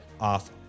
off